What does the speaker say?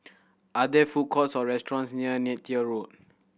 are there food courts or restaurants near Neythal Road